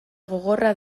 gogorra